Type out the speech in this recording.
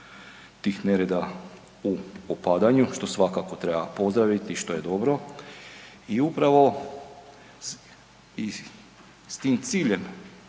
tih nereda u opadanju što svakako treba pozdraviti, što je dobro i upravo s tim ciljem